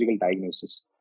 diagnosis